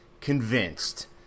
convinced